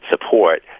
support